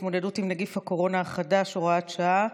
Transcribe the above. להתמודדות עם נגיף הקורונה החדש (הוראת שעה)